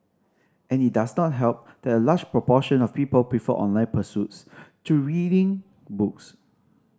and it does not help that a large proportion of people prefer online pursuits to reading books